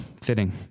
fitting